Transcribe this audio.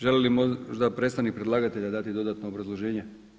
Želi li možda predstavnik predlagatelje dati dodatno obrazloženje?